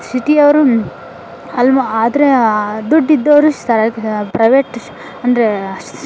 ಸಿಟಿಯವ್ರು ಆದರೆ ದುಡ್ಡು ಇದ್ದವರು ಸರಕ್ ಪ್ರೈವೇಟ್ ಶ್ ಅಂದರೆ ಸ್